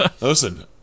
Listen